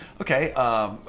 Okay